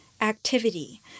activity